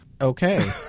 Okay